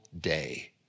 day